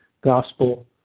gospel